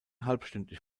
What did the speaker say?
halbstündlich